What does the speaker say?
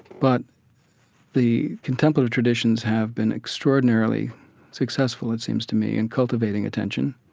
but the contemplative traditions have been extraordinarily successful it seems to me in cultivating attention,